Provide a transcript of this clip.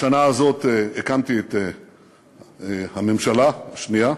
בשנה הזאת הקמתי את הממשלה השנייה.